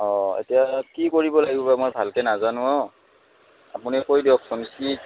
অঁ এতিয়া কি কৰিব লাগিব মই ভালকে নাজানো অঁ আপুনি কৈ দিয়কচোন কি